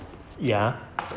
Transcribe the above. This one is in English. ya